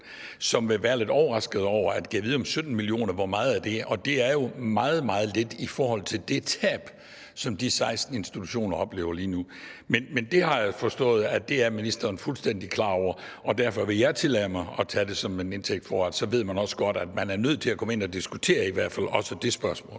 som vil være lidt overraskede over beløbet, og som siger: 17 mio. kr., hvor meget er det? Og det er jo meget, meget lidt i forhold til det tab, som de 16 institutioner oplever lige nu. Men det har jeg forstået at ministeren er fuldstændig klar over, og derfor vil jeg tillade mig at tage det som indtægt for, at så ved man også godt, at man er nødt til at komme ind og i hvert fald også diskutere det spørgsmål.